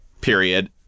Period